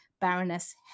baroness